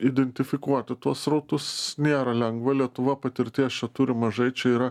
identifikuoti tuos srautus nėra lengva lietuva patirties čia turi mažai čia yra